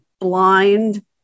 blind